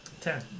Ten